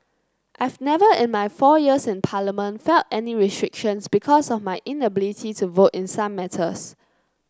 I've never in my four years in Parliament felt any restrictions because of my inability to vote in some matters